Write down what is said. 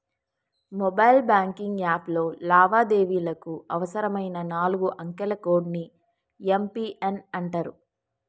mobile banking యాప్లో లావాదేవీలకు అవసరమైన నాలుగు అంకెల కోడ్ ని యం.పి.ఎన్ అంటరు